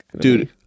dude